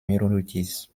minorities